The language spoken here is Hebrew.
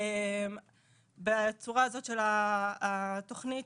בצורה הזאת של התוכנית,